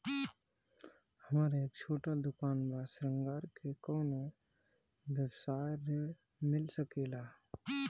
हमर एक छोटा दुकान बा श्रृंगार के कौनो व्यवसाय ऋण मिल सके ला?